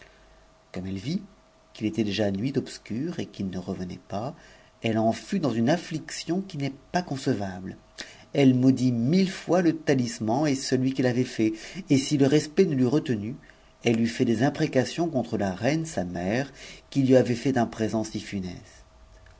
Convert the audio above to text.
comme elle vit qu'il était déjà nuit obscure et qu'il ne reve nait pas elle en fut dans une affliction qui n'est pas concevable elle mam mille fois le talisman et celui qui l'avait lait et si le respect ne l'outre nue elle eût fait des imprécations contre la reine sa mère qui lui avait fait un présent si